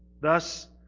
Thus